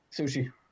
Sushi